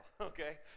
okay